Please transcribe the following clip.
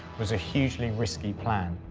was a hugely risky plan.